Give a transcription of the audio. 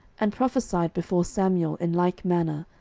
and prophesied before samuel in like manner,